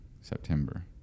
September